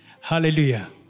Hallelujah